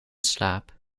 slaap